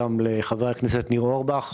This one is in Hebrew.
וגם לחבר הכנסת ניר אורבך.